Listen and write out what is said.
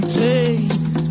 taste